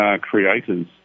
creators